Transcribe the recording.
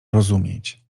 rozumieć